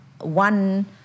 one